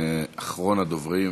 אחרון הדוברים,